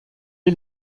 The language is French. est